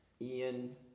Ian